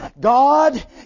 God